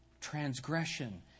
Transgression